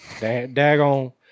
Dagon